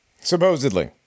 supposedly